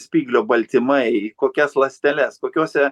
spyglio baltymai kokias ląsteles kokiose